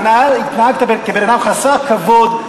התנהגת כאדם חסר כבוד.